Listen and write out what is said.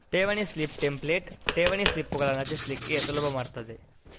ಠೇವಣಿ slip template ಠೇವಣಿ ಸ್ಲಿಪ್ಪುಗಳನ್ನ ರಚಿಸ್ಲಿಕ್ಕೆ ಸುಲಭ ಮಾಡ್ತದೆ